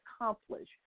accomplish